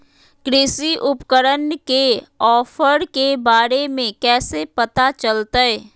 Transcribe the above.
कृषि उपकरण के ऑफर के बारे में कैसे पता चलतय?